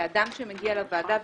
ואדם שמגיע לוועדה,